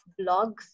blogs